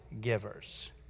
givers